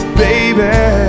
baby